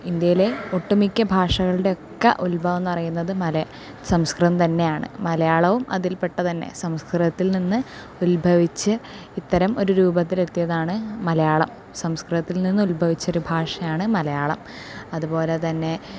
ഇന്ത്യയിലെ ഒട്ടുമിക്ക ഭാഷകളുടെയൊക്കെ ഉത്ഭവമെന്ന് പറയുന്നത് മലയാ സംസ്കൃതം തന്നെയാണ് മലയാളവും അതിൽ പെട്ടത് തന്നെ സംസ്കൃതത്തിൽ നിന്ന് ഉത്ഭവിച്ച് ഇത്തരം ഒരു രൂപത്തിൽ എത്തിയതാണ് മലയാളം സംസ്കൃതത്തിൽ നിന്ന് ഉത്ഭവിച്ച ഒരു ഭാഷയാണ് മലയാളം അതുപോലെ തന്നെ